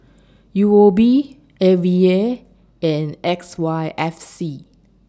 U O B A V A and X Y F C